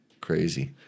Crazy